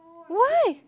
why